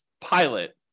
pilot